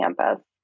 campus